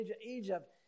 Egypt